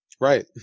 right